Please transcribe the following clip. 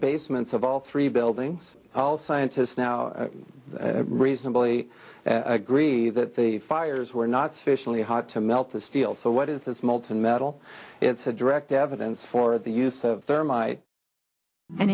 basements of all three buildings all scientists now reasonably agree that the fires were not sufficiently hot to melt the steel so what is this molten metal it's a direct evidence for the use